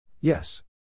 Yes